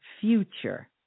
future